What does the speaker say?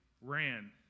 ran